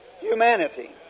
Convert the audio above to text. Humanity